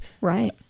right